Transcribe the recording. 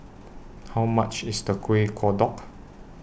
How much IS The Kuih Kodok